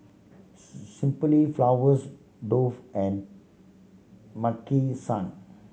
Simply Flowers Dove and Maki San